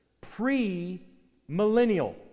pre-millennial